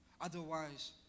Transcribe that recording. Otherwise